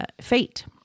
fate